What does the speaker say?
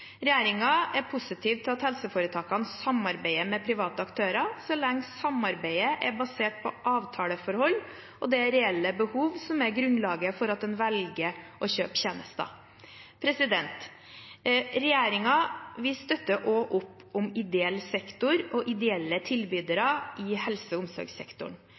er positiv til at helseforetakene samarbeider med private aktører, så lenge samarbeidet er basert på avtaleforhold og det er reelle behov som er grunnlaget for at en velger å kjøpe tjenester. Regjeringen støtter også opp om ideell sektor og ideelle tilbydere i helse- og omsorgssektoren.